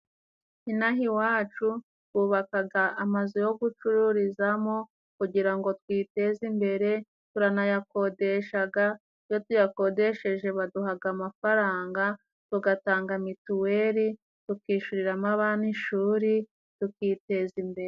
Inaha iwacu bubakaga amazu yo gucururizamo kugira ngo twiteze imbere. Turanayakodeshaga, iyo tuyakodesheje baduhaga amafaranga tugatanga mituweri, tukishyuriramo abana ishuri, tukiteza imbere.